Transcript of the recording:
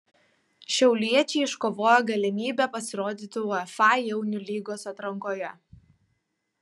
šiauliečiai iškovojo galimybę pasirodyti uefa jaunių lygos atrankoje